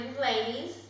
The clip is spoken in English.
ladies